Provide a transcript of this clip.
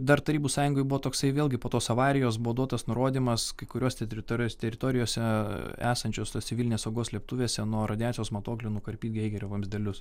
dar tarybų sąjungoj buvo toksai vėlgi po tos avarijos buvo duotas nurodymas kai kurios teritorijos teritorijose esančios tos civilinės saugos slėptuvėse nuo radiacijos matuoklių nukarpyt geigerio vamzdelius